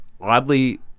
Oddly